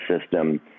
system